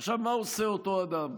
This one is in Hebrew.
עכשיו, מה עושה אותו אדם?